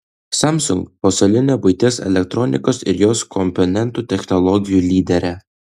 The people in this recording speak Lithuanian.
samsung pasaulinė buitinės elektronikos ir jos komponentų technologijų lyderė